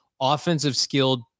offensive-skilled